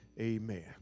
Amen